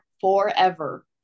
forever